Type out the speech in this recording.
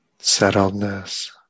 settledness